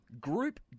group